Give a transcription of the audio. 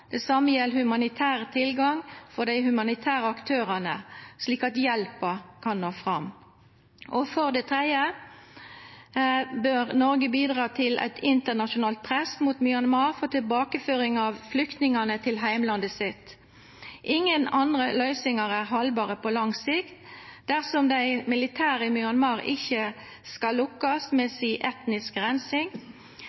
Det samme gjelder humanitær tilgang og de humanitære aktørene, slik at hjelpen kan nå fram. For det tredje bør Norge bidra til et internasjonalt press mot Myanmar for tilbakeføring av flyktningene til hjemlandet sitt. Ingen andre løsninger er holdbare på lang sikt, dersom de militære i Myanmar ikke skal lykkes med